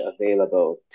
available